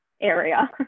area